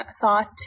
thought